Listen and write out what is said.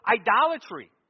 idolatry